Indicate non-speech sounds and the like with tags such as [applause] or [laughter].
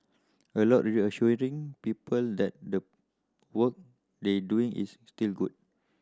a lot [unintelligible] reassuring people that the work they doing is still good